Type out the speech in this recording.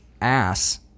ass